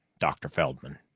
dr. feldman.